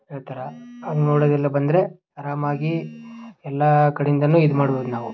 ಅದೆ ಥರ ಹಾಗ್ ನೋಡೋದೆಲ್ಲ ಬಂದರೆ ಆರಾಮಾಗಿ ಎಲ್ಲ ಕಡೆಯಿಂದಾನೂ ಇದು ಮಾಡ್ಬೋದು ನಾವು